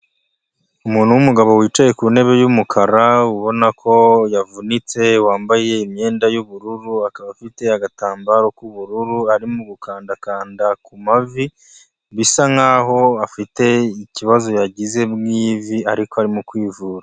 Umuntu w'umugabo wicaye ku ntebe y'umukara, ubona ko yavunitse wambaye imyenda yubururu, akaba afite agatambaro k'ubururu, ari mu gukanda kanda ku mavi bisa nk'aho afite ikibazo yagize mu'ivi ariko ari mu kwivura.